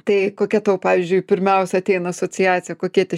tai kokia tau pavyzdžiui pirmiausia ateina asociacija kokie tie